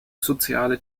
soziale